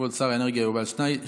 לכבוד שר האנרגיה יובל שטייניץ.